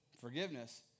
Forgiveness